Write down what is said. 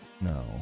No